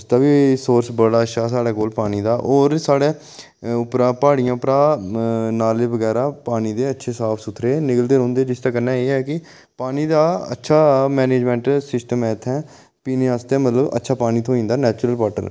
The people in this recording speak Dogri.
तवी सोर्स बड़ा अच्छा साढ़े कोल पानी दा होर साढ़े उप्परा प्हाड़ियें उप्परा नाले बगैरा पानी दे अच्छे साफ सुथरे निकलदे रौंह्दे जिसदे कन्नै एह् ऐ कि इत्थै पानी दा अच्छा मेनैजमेंट सिस्टम ऐ इत्थै पीने आस्तै मतलब अच्छा पानी थ्होई जंदा नैचुरल वाटर